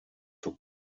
took